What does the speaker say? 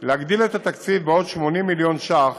להגדיל את התקציב בעוד 80 מיליון ש"ח